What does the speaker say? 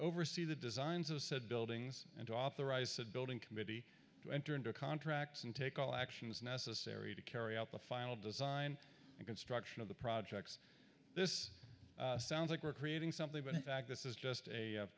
oversee the designs of said buildings and authorize the building committee to enter into contracts and take all actions necessary to carry out the final design and construction of the projects this sounds like we're creating something but in fact this is just a